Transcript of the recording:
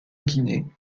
guinée